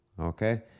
okay